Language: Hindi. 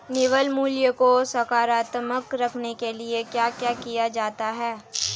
निवल मूल्य को सकारात्मक रखने के लिए क्या क्या किया जाता है?